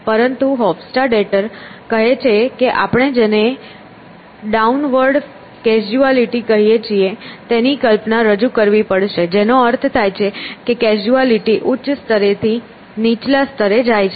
પરંતુ હોફ્સ્ટાડેટર કહે છે કે આપણે જેને ડાઉનવર્ડ કેઝ્યુઆલિટી કહીએ છીએ તેની કલ્પના રજૂ કરવી પડશે જેનો અર્થ થાય છે કે કેઝ્યુઆલિટી ઉચ્ચ સ્તરેથી નીચલા સ્તરે જાય છે